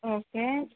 okay